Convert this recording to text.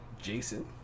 Jason